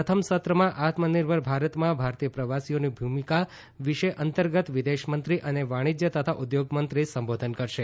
પ્રથમ સત્રમાં આત્મનિર્ભર ભારતમાં ભારતીય પ્રવાસીઓની ભૂમિકા વિષય અંતર્ગત વિદેશમંત્રી અને વાણિજ્ય તથા ઉદ્યોગમંત્રી સંબોધન કરશે